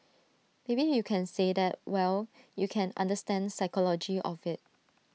maybe you can say that well you can understand psychology of IT